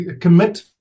Commit